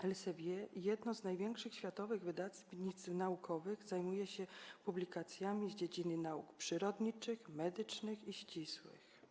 Elsevier, jedno z największych światowych wydawnictw naukowych, zajmuje się publikacjami z dziedziny nauk przyrodniczych, medycznych i ścisłych.